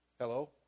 Hello